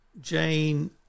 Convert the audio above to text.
Jane